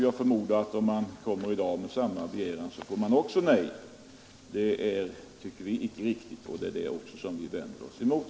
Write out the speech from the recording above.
Jag förmodar att om man kommer med samma begäran i dag får man också nej. Det är detta vi inte kan godta och därför vänder oss emot.